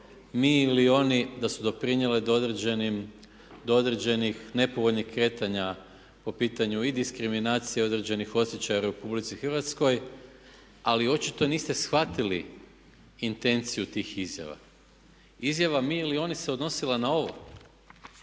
mi ili oni da su doprinijele do određenih nepovoljnih kretanja po pitanju i diskriminacije određenih osjećaja u RH, ali očito niste shvatili intenciju tih izjava. Izjava mi ili oni se odnosila na ovo,